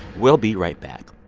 we'll be right back